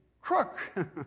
crook